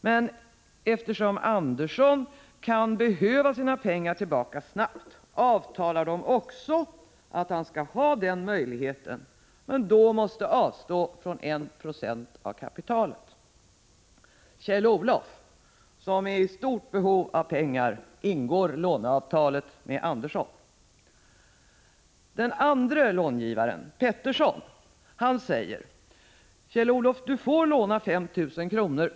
Men eftersom Andersson kan behöva ha sina pengar tillbaka snart, avtalar de också att han skall ha den möjligheten, men då måste han avstå från 1 96 av kapitalet. Kjell-Olof, som är i stort behov av pengar, ingår låneavtalet med Andersson. Den andre långivaren, Pettersson, säger: Kjell-Olof, du får låna 5 000 kr.